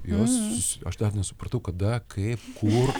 jos aš dar nesupratau kada kaip kur